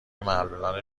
معلولان